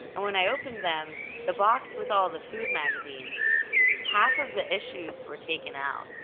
and when i opened them the box with all the food magazines half of the issues were taken out.